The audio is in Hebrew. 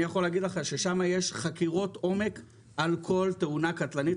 יכול להגיד לך ששם יש חקירות עומק על כל תאונה קטלנית.